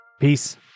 Peace